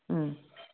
ಹ್ಞೂ